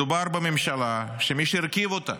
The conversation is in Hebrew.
מדובר בממשלה שמי שהרכיב אותה